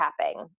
tapping